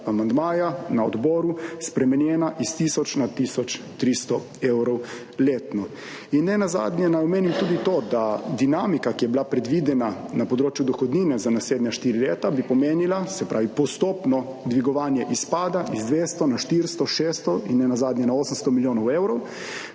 na odboru spremenjena iz tisoč na tisoč 300 evrov letno. Nenazadnje naj omenim tudi to, da dinamika, ki je bila predvidena na področju dohodnine za naslednja štiri leta, bi pomenila, se pravi, postopno dvigovanje izpada iz 200 na 400, 600 in nenazadnje na 800 milijonov evrov.